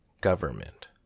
government